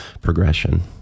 progression